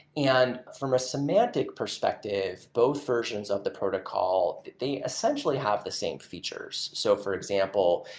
and from a semantic perspective, both versions of the protocol they essentially have the same features. so for example,